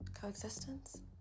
Coexistence